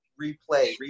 replay